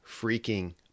freaking